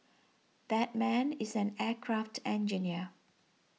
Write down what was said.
that man is an aircraft engineer